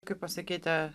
kaip pasakyti